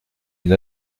une